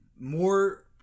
more